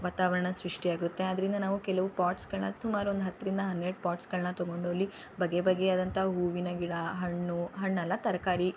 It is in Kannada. ವಾತಾವರಣ ಸೃಷ್ಟಿಯಾಗುತ್ತೆ ಆದ್ದರಿಂದ ನಾವು ಕೆಲವು ಪಾಟ್ಸ್ಗಳನ್ನು ಸುಮಾರು ಒಂದು ಹತ್ತರಿಂದ ಹನ್ನೆರಡು ಪಾಟ್ಸ್ಗಳನ್ನು ತೊಗೊಂಡು ಅಲ್ಲಿ ಬಗೆ ಬಗೆಯಾದಂಥ ಹೂವಿನ ಗಿಡ ಹಣ್ಣು ಹಣ್ಣಲ್ಲ ತರಕಾರಿ